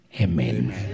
Amen